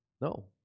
No